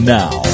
now